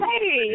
hey